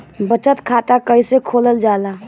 बचत खाता कइसे खोलल जाला?